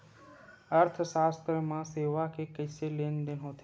अर्थशास्त्र मा सेवा के कइसे लेनदेन होथे?